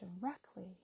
directly